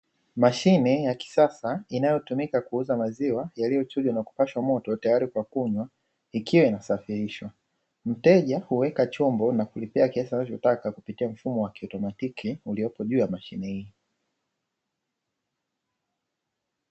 Mashine ya kisasa inayotumika kuuza maziwa yaliyochujwa na kupashwa moto, tayari kwa kunywa, ikiwa inasafirishwa. Mteja huweka chombo na kulipia kiasi anachotaka kupitia mfumo wa kiautomatiki, uliopo juu ya mashine hii.